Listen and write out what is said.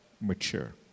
mature